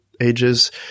Ages